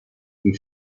qui